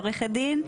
עורכת דין,